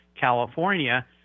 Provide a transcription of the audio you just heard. California